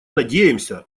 надеемся